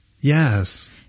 Yes